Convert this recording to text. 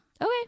Okay